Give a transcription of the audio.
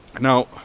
Now